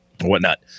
whatnot